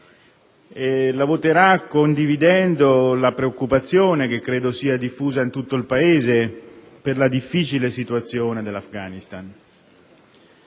condividendo la preoccupazione diffusa in tutto il Paese per la difficile situazione dell'Afghanistan.